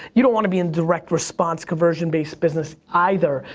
you don't wanna be in direct response, conversion based business either.